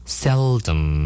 seldom